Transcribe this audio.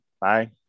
Bye